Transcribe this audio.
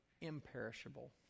imperishable